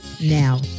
now